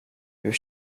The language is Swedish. hur